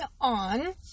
on